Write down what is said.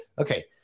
Okay